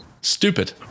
Stupid